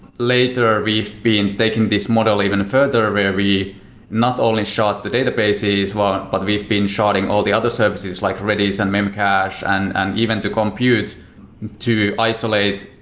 later we've been taking this model even further where we not only shard the databases, but we've been sharding all the other services, like redis and memcached and and even the compute to isolate,